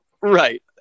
right